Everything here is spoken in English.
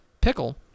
pickle